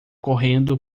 correndo